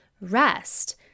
Rest